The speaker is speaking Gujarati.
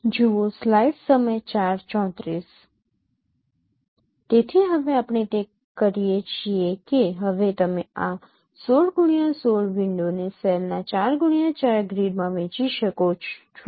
તેથી હવે આપણે તે કરીએ છીએ કે હવે તમે આ 16x16 વિન્ડોને સેલના 4x 4 ગ્રીડમાં વહેંચી શકો છો